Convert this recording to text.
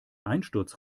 einsturz